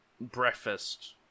breakfast